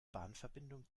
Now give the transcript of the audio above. bahnverbindung